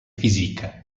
física